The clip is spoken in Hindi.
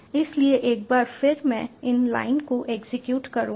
इसलिए एक बार फिर मैं इन लाइन को एग्जीक्यूट करूंगा